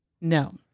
No